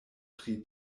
tri